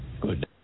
Good